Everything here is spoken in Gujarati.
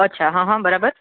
અચ્છા હ હ બરાબર